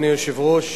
אדוני היושב-ראש,